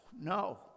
no